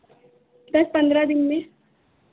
दस पंद्रह दिन में